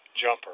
jumper